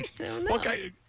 Okay